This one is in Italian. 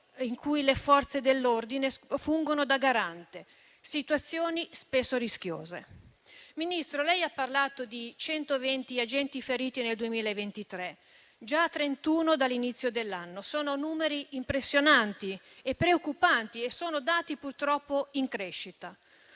in cui le Forze dell'ordine fungono da garanti, situazioni spesso rischiose. Signor Ministro, lei ha parlato di 120 agenti feriti nel 2023, già 31 dall'inizio dell'anno. Sono numeri impressionanti, preoccupanti e purtroppo in crescita.